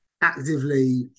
actively